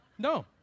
No